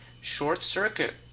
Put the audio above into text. short-circuit